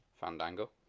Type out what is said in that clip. Fandango